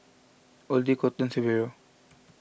Oddie Kolton Severo